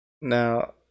Now